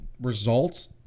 results